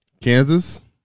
Kansas